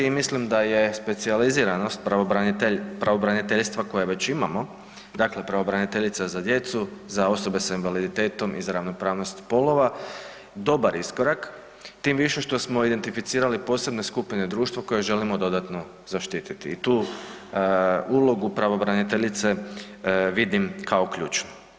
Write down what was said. I mislim da je specijaliziranost pravobraniteljstava koje već imamo, dakle pravobraniteljica za djecu, za osobe s invaliditetom i za ravnopravnost spolova dobar iskorak, tim više što smo identificirali posebne skupine društva koje želimo dodatno zaštititi i tu ulogu pravobraniteljice vidim kao ključnu.